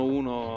uno